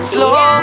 Slow